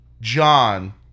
John